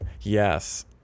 yes